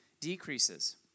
decreases